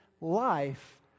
life